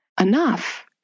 Enough